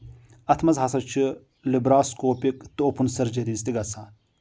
اتھ منٛز ہسا چھُ لیٚپراسکوپِک توپُن سٔرجِریز تہِ گژھان